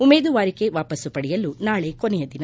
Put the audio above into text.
ಉಮೇದುವಾರಿಕೆ ವಾಪಸ್ತು ಪಡೆಯಲು ನಾಳೆ ಕೊನೆಯ ದಿನ